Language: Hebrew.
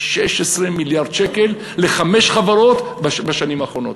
16 מיליארד שקל לחמש חברות בשנים האחרונות.